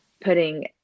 putting